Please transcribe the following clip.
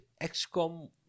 XCOM